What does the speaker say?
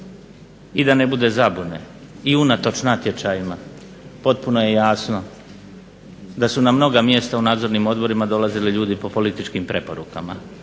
I da ne bude zabune i unatoč natječajima potpuno je jasno da su na mnoga mjesta u nadzornim odborima dolazili ljudi po političkim preporukama.